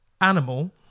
animal